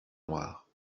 noir